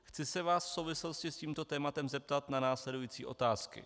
Chci se vás v souvislosti s tímto tématem zeptat na následující otázky.